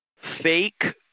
Fake